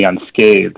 unscathed